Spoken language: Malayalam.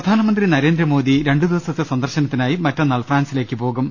പ്രധാനമന്ത്രി നരേന്ദ്രമോദി രണ്ടുദിവസത്തെ സന്ദർശനത്തിനായി മറ്റ ന്നാൾ ഫ്രാൻസിലേക്ക് പോകും